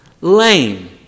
lame